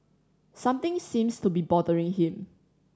something seems to be bothering him